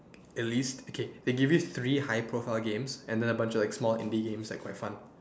a list okay they give you three high profile games and then a bunch of like small indie games like quite fun